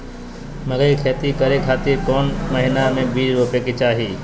मकई के खेती करें खातिर कौन महीना में बीज रोपे के चाही?